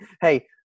hey